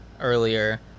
earlier